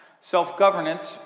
Self-governance